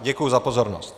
Děkuji za pozornost.